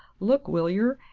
look, will yer,